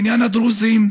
בעניין הדרוזים,